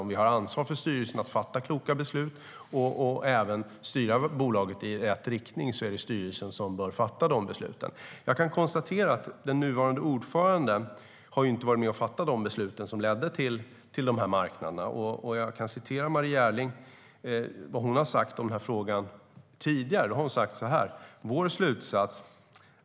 Om det är styrelsens ansvar att fatta kloka beslut och styra bolaget i rätt riktning bör styrelsen fatta dessa beslut. Den nuvarande ordföranden har inte varit med och fattat de beslut som ledde till dessa marknader. Låt mig citera vad Marie Ehrling har sagt i denna fråga tidigare: "Vår slutsats .